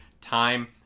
time